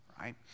right